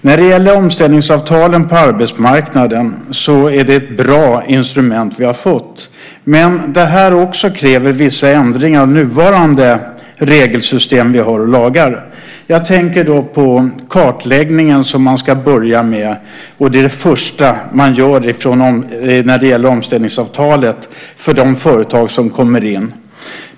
När det gäller omställningsavtalen på arbetsmarknaden är det ett bra instrument vi har fått, men det kräver vissa ändringar av nuvarande regelsystem och lagar som vi har. Jag tänker på den kartläggning som man ska börja med. Det är det första man gör när det gäller omställningsavtalet för de företag som kommer in.